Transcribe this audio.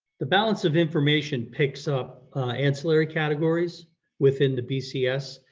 the balance of information picks up ancillary categories within the bcs,